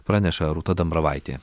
praneša rūta dambravaitė